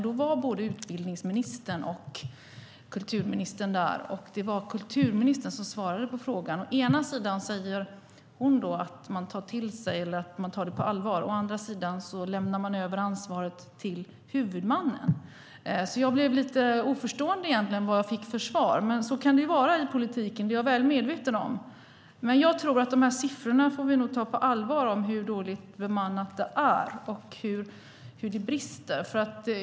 Då var både utbildningsministern och kulturministern här, och det var kulturministern som svarade på frågan. Å ena sidan säger hon att man tar detta på allvar. Å andra sidan lämnar man över ansvaret till huvudmannen. Jag är därför lite oförstående inför detta svar. Men så kan det vara inom politiken. Det är jag väl medveten om. Men jag tror att vi nog får ta dessa siffror på allvar som visar hur dåligt bemannade skolbiblioteken är och hur det brister.